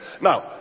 now